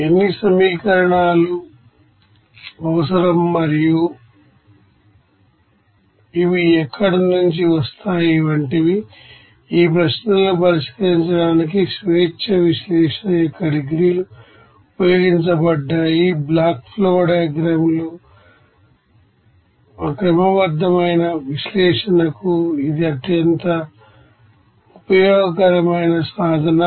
ఎన్ని సమీకరణాలు అవసరం మరియు ఇవి ఎక్కడ నుంచి వస్తాయి వంటివి ఈ ప్రశ్నలను పరిష్కరించడానికి డిగ్రీస్ అఫ్ ఫ్రీడమ్ ఎనాలిసిస్ ఉపయోగించబడ్డాయి బ్లాక్ ఫ్లో డయాగ్రమ్ ల క్రమబద్ధమైన విశ్లేషణకు ఇది అత్యంత ఉపయోగకరమైన సాధనం